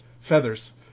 feathers